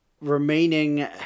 remaining